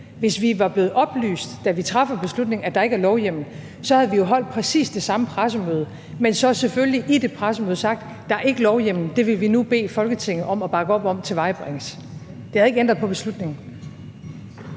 Hvis vi var blevet oplyst, da vi træffer beslutningen, om, at der ikke er lovhjemmel, så havde vi jo holdt præcis det samme pressemøde, men havde så selvfølgelig i det pressemøde sagt: Der er ikke lovhjemmel, og det vil vi nu bede Folketinget om at bakke op om tilvejebringes. Det havde ikke ændret på beslutningen.